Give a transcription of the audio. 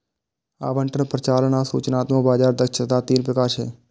आवंटन, परिचालन आ सूचनात्मक बाजार दक्षताक तीन प्रकार छियै